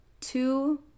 two